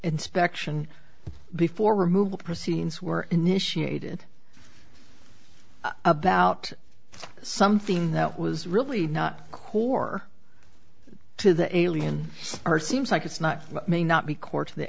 inspection before removal proceedings were initiated about something that was really not core to the alien or seems like it's not may not be core t